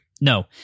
no